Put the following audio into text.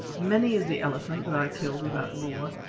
many is the elephant that i killed with that roer,